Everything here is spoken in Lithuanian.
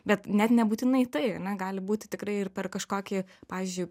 bet net nebūtinai tai ane gali būti tikrai ir per kažkokį pavyzdžiui